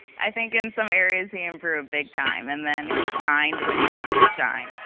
i think in some areas he improved big time and then he shined when he needed to shine.